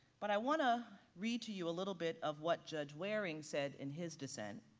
but i wanna read to you a little bit of what judge waring said in his dissent,